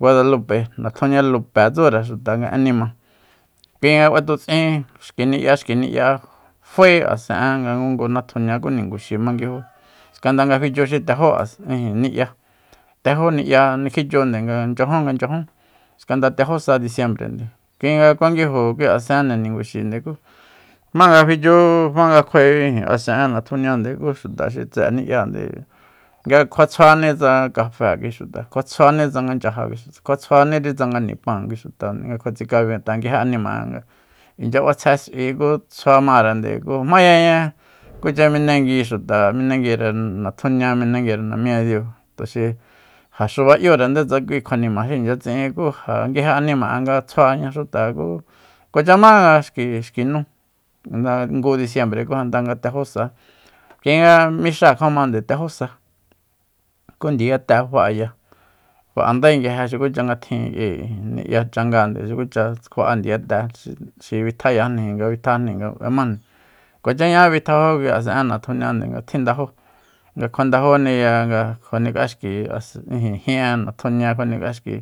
guadalupe natjunia lupe tsure xuta nga ennima kuinga batuts'in xki ni'ya xki ni'ya fae asen'e nga ngungu natjunia ku niguxi manguiju skanda nga fichu xi tejó ijin ni'ya tejó ni'ya nikjichu nde nga nchyajun nga nchyajun skanda tejo sa diciembre kui nga kuanguijo kui asende ninguxi jmanga kjuichu jmanga kjua'e asen'e natjuniande ku xuta xi tse'e ni'ya nde nga kjua tsjuani tsanga kafé kui xuta kua tsjuani tsanga chyaja kjua tsjuaniri tsanga nipáan kui xutani nga kjuatsikabi nga nguije anima'e inchya ba'sje s'ui ku tsjua marende ku jmayaña kucha minengui xuta minenguire natjunia minenguire namiña diu tuxi ja xuba'yure ndetsakui kjuanima xi inchya tsi'in ja ku nguije anima'e nga tsjuaña xuta ku kuacha má nga xku- xku nu nga ngu disiembre nda tejósa kuinga mixáa kjuamande tejosa ku ndiyate fa'aya fa'andae xukucha nga tjin k'ui ni'ya changande xukucha kjua'a ndiyate xi bitjayajni nga bitjayajni nga b'emajni kuacha ña'+a bitjajó kui asen'e natjuniande nga tjindajó nga kjuandajóniya nga kjuanik'axki asen ijin jin'e natjunia kjuanik'axki